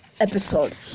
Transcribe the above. episode